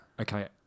okay